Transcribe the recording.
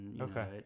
Okay